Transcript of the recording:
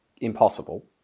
impossible